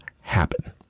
happen